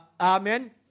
Amen